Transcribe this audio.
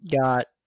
got